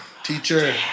teacher